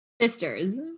Sisters